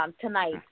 tonight